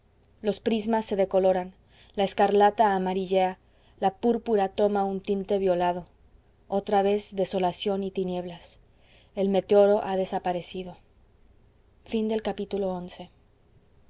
los prismas se decoloran la escarlata amarillea la púrpura toma un tinte violado otra vez desolación y tinieblas el meteoro ha desaparecido xii heme